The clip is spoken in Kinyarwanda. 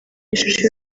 ishusho